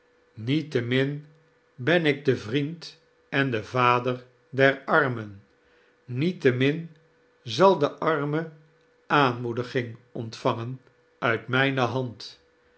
niettemin ben ik i de vriend en de vader der armen i niettemin zal de arme aanmoediging ontvangen uit mijne hand